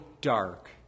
dark